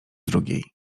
drugiej